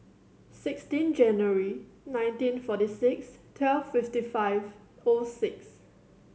sixteen January nineteen forty six twelve fifty five O six